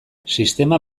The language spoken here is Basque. sistema